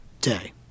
day